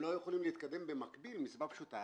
הם לא יכולים להתקדם במקביל מסיבה פשוטה,